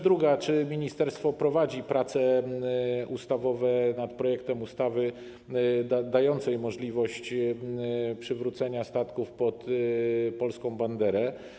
Druga kwestia: Czy ministerstwo prowadzi prace ustawowe nad projektem ustawy dającej możliwość przywrócenia statków pod polską banderę?